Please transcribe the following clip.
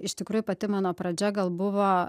iš tikrųjų pati mano pradžia gal buvo